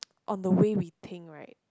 on the way we think right